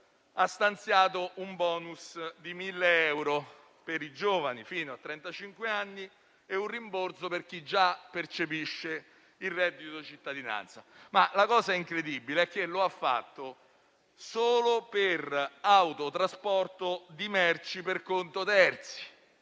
ha stanziato un *bonus* di 1.000 euro per i giovani fino a 35 anni e un rimborso per chi già percepisce il reddito di cittadinanza, ma la cosa incredibile è che lo ha fatto solo per l'autotrasporto di merci per conto terzi,